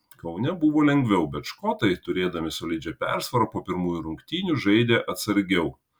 kaune buvo lengviau bet škotai turėdami solidžią persvarą po pirmųjų rungtynių žaidė atsargiau